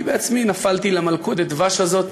אני בעצמי נפלתי למלכודת הדבש הזאת